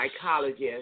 psychologist